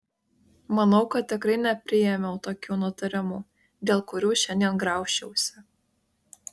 manau kad tikrai nepriėmiau tokių nutarimų dėl kurių šiandien graužčiausi